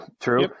True